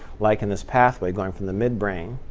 like in this pathway going from the midbrain